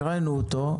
הקראנו אותו.